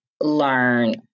learn